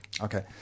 Okay